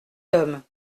homme